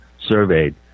surveyed